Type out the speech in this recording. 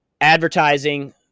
advertising